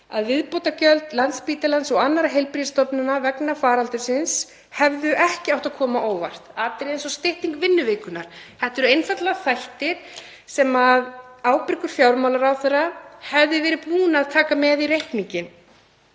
að viðbótargjöld Landspítalans og annarra heilbrigðisstofnana vegna faraldursins hefðu ekki átt að koma á óvart; atriði eins og stytting vinnuvikunnar, þetta eru einfaldlega þættir sem ábyrgur fjármálaráðherra hefði verið búinn að taka með í reikninginn.